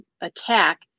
attack